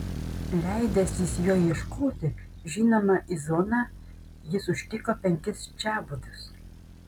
leidęsis jo ieškoti žinoma į zoną jis užtiko penkis čiabuvius